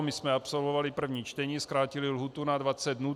My jsme absolvovali první čtení, zkrátili lhůtu na 20 dnů.